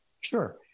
Sure